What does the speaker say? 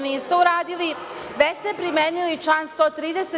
Niste to uradili, već ste primenili član 130.